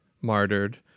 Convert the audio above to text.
martyred